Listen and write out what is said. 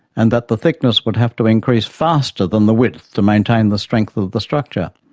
and that the thickness would have to increase faster than the width to maintain the strength of the structure.